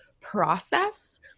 process